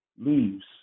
leaves